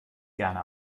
gerne